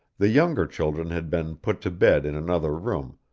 the younger children had been put to bed in another room,